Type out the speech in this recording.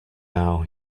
now